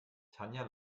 tanja